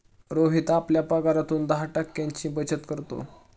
रोहित आपल्या पगारातून दहा टक्क्यांची बचत करतो